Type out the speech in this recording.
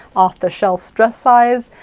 off-the-shelf's dress size,